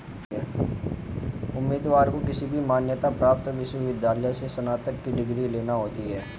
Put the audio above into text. उम्मीदवार को किसी भी मान्यता प्राप्त विश्वविद्यालय से स्नातक की डिग्री लेना होती है